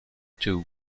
two